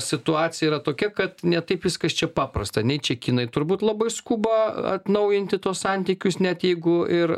situacija yra tokia kad ne taip viskas čia paprasta nei čia kinai turbūt labai skuba atnaujinti tuos santykius net jeigu ir